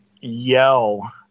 yell